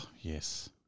Yes